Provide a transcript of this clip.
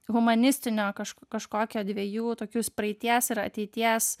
humanistinio kaž kažkokio dviejų tokius praeities ir ateities